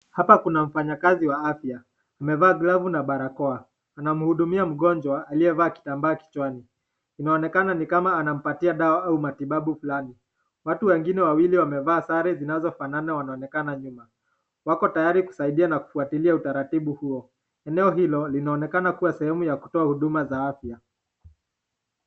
Hapa kuna mfanyakazi wa afya amevaa glavu na barakoa. Anamhudumia mgonjwa aliyevaa kitambaa kichwani. Inaonekana ni kama anampatia dawa au matibabu fulani. Watu wengine wawili wamevaa sare zinazofanana wanaonekana nyuma. Wako tayari kusaidia na kufuatilia utaratibu huo. Eneo hilo linaonekana kuwa sehemu ya kutoa huduma za afya.